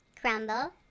Crumble